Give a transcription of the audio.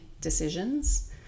decisions